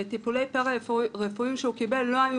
וטיפולים פארא-רפואיים שהוא קיבל לא היו